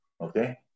okay